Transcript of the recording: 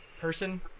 person